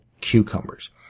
cucumbers